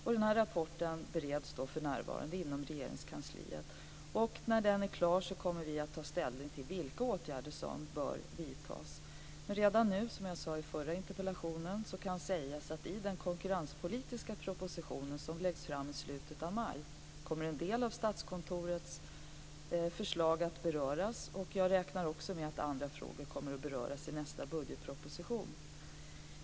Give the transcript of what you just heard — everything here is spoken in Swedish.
Denna rapport bereds för närvarande inom Regeringskansliet. När beredningen är klar kommer regeringen att ta ställning till vilka åtgärder som bör vidtas. Redan nu, som jag sade i det förra interpellationssvaret, kan sägas att i den konkurrenspolitiska propositionen som läggs fram i slutet av maj kommer en del av Statskontorets förslag att beröras. Jag räknar också med att andra frågor kommer att beröras i nästa budgetproposition.